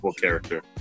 character